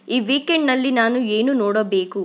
ಈ ವೀಕೆಂಡ್ನಲ್ಲಿ ನಾನು ಏನು ನೋಡಬೇಕು